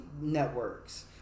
networks